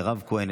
מירב כהן,